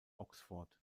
oxford